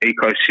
ecosystem